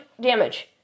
damage